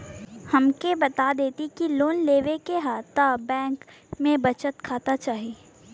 हमके बता देती की लोन लेवे के हव त बैंक में बचत खाता चाही?